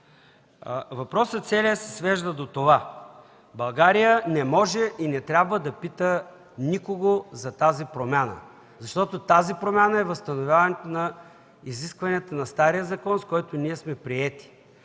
въпрос се свежда до това – България не може и не трябва да пита никого за тази промяна. Защото тази промяна е възстановяването на изискванията на стария закон, с който ние сме приети.